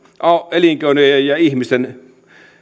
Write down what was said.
elinkeinojen ja ihmisten